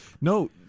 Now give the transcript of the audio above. no